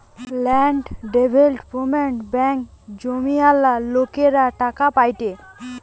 land development ব্যাঙ্কে জমিওয়ালা লোকরা টাকা পায়েটে